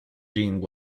jiang